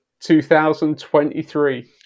2023